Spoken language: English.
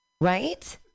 right